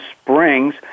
Springs